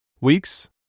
Weeks